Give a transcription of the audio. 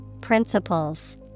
principles